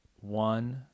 one